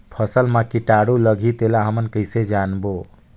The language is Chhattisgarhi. फसल मा कीटाणु लगही तेला हमन कइसे जानबो?